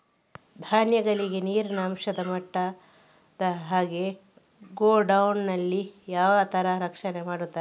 ಧಾನ್ಯಗಳಿಗೆ ನೀರಿನ ಅಂಶ ಮುಟ್ಟದ ಹಾಗೆ ಗೋಡೌನ್ ನಲ್ಲಿ ಯಾವ ತರ ರಕ್ಷಣೆ ಮಾಡ್ತಾರೆ?